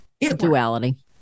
duality